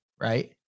right